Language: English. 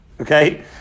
Okay